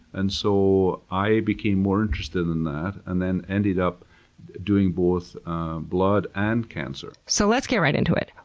and so i became more interested in that and then ended up doing both blood and cancer. so, let's get right into it.